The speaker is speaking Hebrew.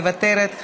מוותרת.